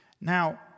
Now